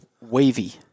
wavy